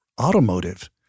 automotive